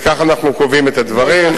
וכך אנחנו קובעים את הדברים.